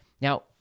Now